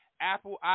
Apple